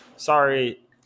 Sorry